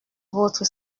votre